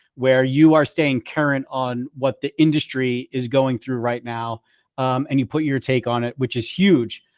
where you are staying current on what the industry is going through right now and you put your take on it, which is huge.